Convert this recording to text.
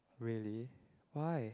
really why